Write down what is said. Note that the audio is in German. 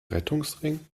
rettungsring